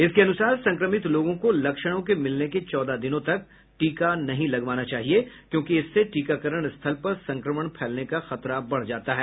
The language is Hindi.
इसके अनुसार संक्रमित लोगों को लक्षणों के मिलने के चौदह दिनों तक टीका नही लगवाना चाहिए क्योंकि इससे टीकाकरण स्थल पर संक्रमण फैलने का खतरा बढ जाता है